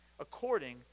according